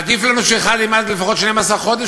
עדיף לנו שאחד ילמד לפחות 12 חודש,